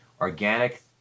organic